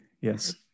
yes